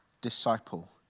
disciple